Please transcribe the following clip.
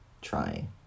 trying